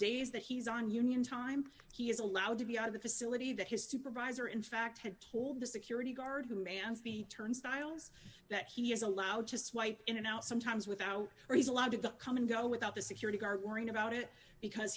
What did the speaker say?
days that he's on union time he is allowed to be out of the facility that his supervisor in fact had told the security guard who mans the turnstiles that he is allowed to swipe in and out sometimes without or he's allowed to the come and go without the security guard worrying about it because